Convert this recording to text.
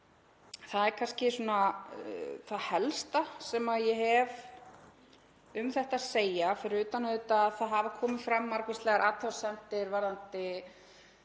Það er kannski það helsta sem ég hef um þetta að segja, fyrir utan auðvitað að það hafa komið fram margvíslegar athugasemdir varðandi